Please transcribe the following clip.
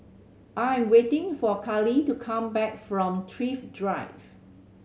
I am waiting for Karly to come back from Thrift Drive